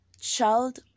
Child